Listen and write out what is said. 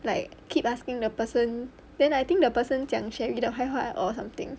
like keep asking the person then I think the person 讲 cherrie 坏话 or something